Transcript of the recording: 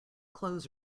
clothes